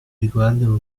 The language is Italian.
riguardano